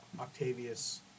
Octavius